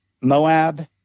Moab